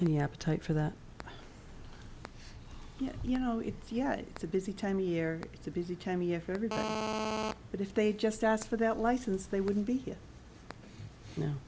and the appetite for that you know it's yeah it's a busy time of year it's a busy time of year for everything else but if they just asked for that license they wouldn't be